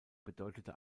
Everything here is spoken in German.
bedeutete